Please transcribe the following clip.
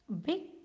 Big